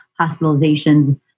hospitalizations